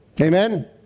Amen